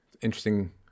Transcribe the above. interesting